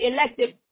elected